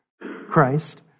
Christ